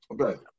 Okay